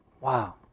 Wow